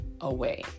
away